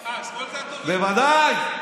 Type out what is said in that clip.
אה, בוודאי.